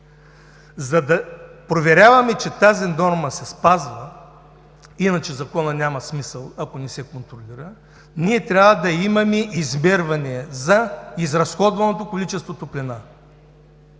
За да проверяваме, че тази норма се спазва – иначе Законът няма смисъл, ако не се контролира, ние трябва да имаме измервания за изразходваното количество топлина,